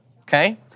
Okay